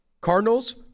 Cardinals